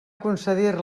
concedir